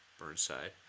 Burnside